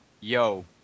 Yo